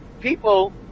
people